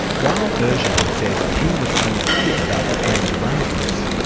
while ercan says he was unclear about the payment arrangements,